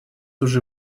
уже